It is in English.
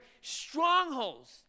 strongholds